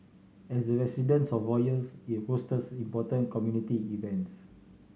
as the residence of royals it hosts important community events